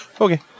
Okay